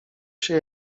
się